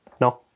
No